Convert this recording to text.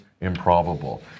improbable